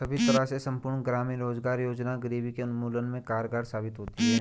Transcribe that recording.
सभी तरह से संपूर्ण ग्रामीण रोजगार योजना गरीबी के उन्मूलन में कारगर साबित होती है